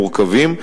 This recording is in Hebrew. מורכבים,